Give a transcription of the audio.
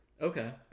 Okay